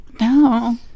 No